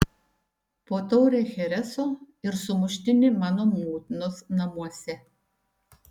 po taurę chereso ir sumuštinį mano motinos namuose